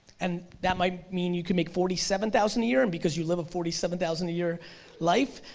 and that might mean you can make forty seven thousand a year and because you live a forty seven thousand a year life,